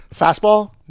fastball